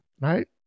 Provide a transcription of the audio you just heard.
right